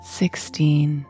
sixteen